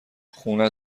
خونه